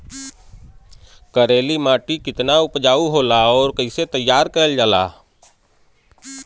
करेली माटी कितना उपजाऊ होला और कैसे तैयार करल जाला?